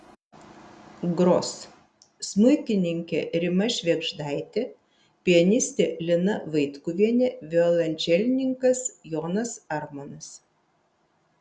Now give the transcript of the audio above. gros smuikininkė rima švėgždaitė pianistė lina vaitkuvienė violončelininkas jonas armonas